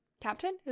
Captain